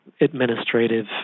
administrative